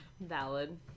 Valid